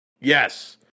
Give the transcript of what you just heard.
Yes